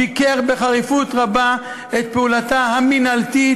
ביקר בחריפות רבה את פעילותה המינהלתית